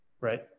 right